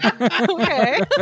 Okay